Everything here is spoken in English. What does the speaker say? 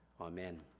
Amen